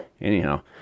Anyhow